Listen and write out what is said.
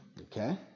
Okay